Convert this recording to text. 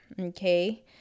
Okay